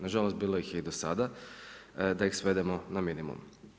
Na žalost bilo ih je i do sada da ih svedemo na minimum.